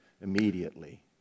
immediately